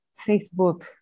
Facebook